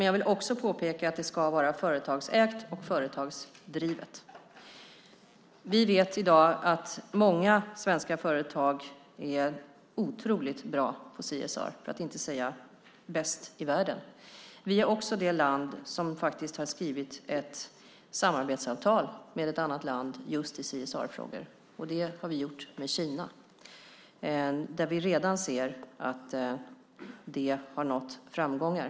Jag vill också påpeka att det ska vara företagsägt och företagsdrivet. Vi vet i dag att många svenska företag är otroligt bra på CSR, för att inte säga bäst i världen. Vi är också det land som har skrivit ett samarbetsavtal med ett annat land i just CSR-frågor. Det har vi gjort med Kina. Där ser vi redan att det har nått framgångar.